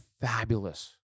fabulous